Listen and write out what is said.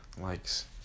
likes